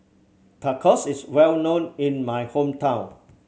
tacos is well known in my hometown